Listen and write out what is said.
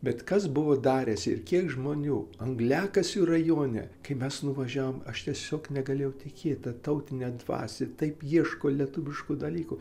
bet kas buvo darėsi ir kiek žmonių angliakasių rajone kai mes nuvažiavom aš tiesiog negalėjau tikėt ta tautinė dvasia taip ieško lietuviškų dalykų